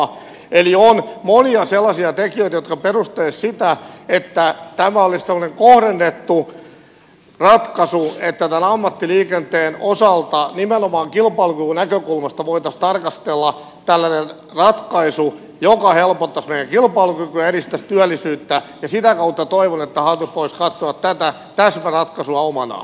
eli on monia sellaisia tekijöitä jotka perustelisivat sitä että tämä olisi tällainen kohdennettu ratkaisu että tämän ammattiliikenteen osalta nimenomaan kilpailukykynäkökulmasta voitaisiin tarkastella tällainen ratkaisu joka helpottaisi meidän kilpailukykyämme edistäisi työllisyyttä ja sitä kautta toivon että hallitus voisi katsoa tätä täsmäratkaisua omanaan